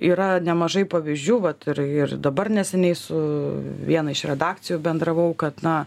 yra nemažai pavyzdžių vat ir ir dabar neseniai su viena iš redakcijų bendravau kad na